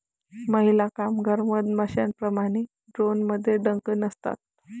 महिला कामगार मधमाश्यांप्रमाणे, ड्रोनमध्ये डंक नसतात